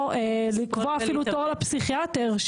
או לקבוע תור לפסיכיאטר,